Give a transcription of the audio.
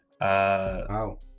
wow